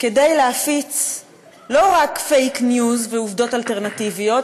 כדי להפיץ לא רק fake news ועובדות אלטרנטיביות,